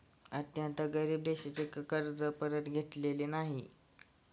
अत्यंत गरीब देशांचे कर्ज परत घेतलेले नाही